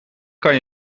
kan